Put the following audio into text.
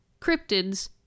Cryptids